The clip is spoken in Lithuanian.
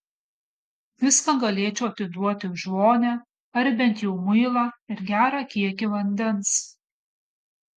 viską galėčiau atiduoti už vonią ar bent jau muilą ir gerą kiekį vandens